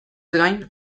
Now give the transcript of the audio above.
gain